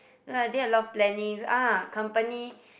no I did a lot of plannings ah company